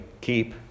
keep